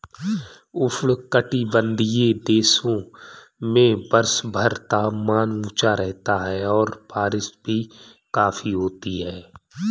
उष्णकटिबंधीय देशों में वर्षभर तापमान ऊंचा रहता है और बारिश भी काफी होती है